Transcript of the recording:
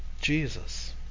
Jesus